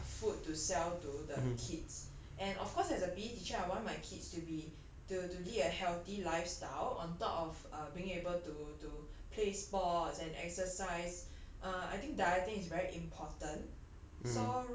their their food to sell to the kids and of course as a P_E teacher I want my kids to be to to lead a healthy lifestyle on top of being able to to play sports and exercise err I think dieting is very important